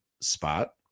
spot